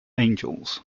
angels